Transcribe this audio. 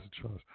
trust